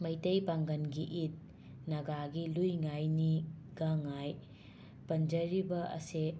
ꯃꯩꯇꯩ ꯄꯥꯡꯒꯟꯒꯤ ꯏꯠ ꯅꯒꯥꯒꯤ ꯂꯨꯏ ꯉꯥꯏ ꯅꯤ ꯒꯥꯡꯉꯥꯏ ꯄꯟꯖꯔꯤꯕ ꯑꯁꯦ